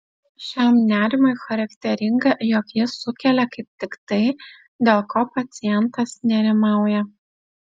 šiam nerimui charakteringa jog jis sukelia kaip tik tai dėl ko pacientas nerimauja